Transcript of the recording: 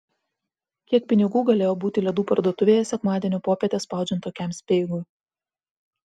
kiek pinigų galėjo būti ledų parduotuvėje sekmadienio popietę spaudžiant tokiam speigui